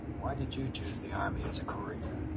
why did you choose the army as career?